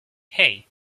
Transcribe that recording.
hey